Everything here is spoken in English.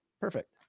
perfect